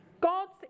God's